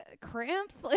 cramps